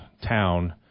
town